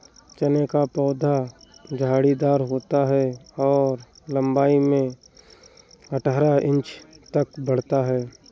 चने का पौधा झाड़ीदार होता है और लंबाई में अठारह इंच तक बढ़ता है